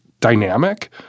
dynamic